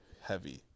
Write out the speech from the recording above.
heavy